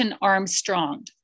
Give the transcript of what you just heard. Armstrong